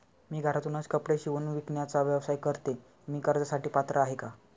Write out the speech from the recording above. मी घरातूनच कपडे शिवून विकण्याचा व्यवसाय करते, मी कर्जासाठी पात्र आहे का?